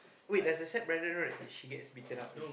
wait there's a stepbrother right if she gets beaten up with